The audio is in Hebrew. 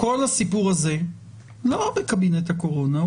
כל הסיפור הזה לא בקבינט הקורונה,